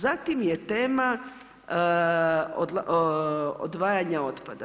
Zatim je tema odvajanje otpada.